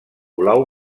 blau